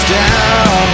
down